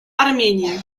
армении